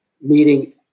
meeting